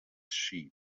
sheep